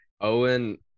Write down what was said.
Owen